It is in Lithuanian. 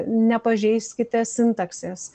nepažeiskite sintaksės